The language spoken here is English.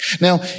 Now